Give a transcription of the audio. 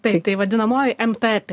tai vadinamoji mtep